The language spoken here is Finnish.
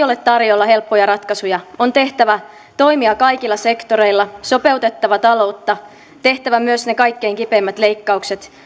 ole tarjolla helppoja ratkaisuja on tehtävä toimia kaikilla sektoreilla sopeutettava taloutta tehtävä myös ne kaikkein kipeimmät leikkaukset